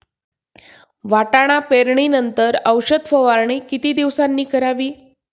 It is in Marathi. वाटाणा पेरणी नंतर औषध फवारणी किती दिवसांनी करावी?